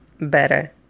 better